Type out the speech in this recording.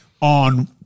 on